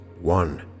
one